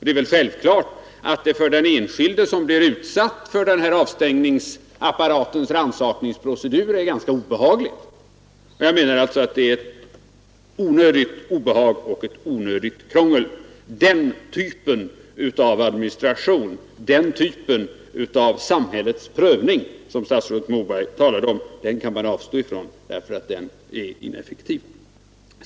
Det är väl självklart att det för den enskilde som blir utsatt för avstängningsapparatens rannsakningsprocedur är ganska obehagligt. Jag menar alltså att det är ett onödigt obehag och ett onödigt krångel. Den typen av administration, den typen av samhällets prövning, som herr statsrådet Moberg talade om, kan man avstå ifrån eftersom den är ineffektiv.